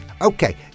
Okay